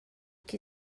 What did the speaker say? que